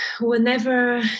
whenever